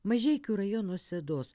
mažeikių rajono sedos